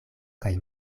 kaj